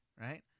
right